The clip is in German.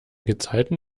gezeiten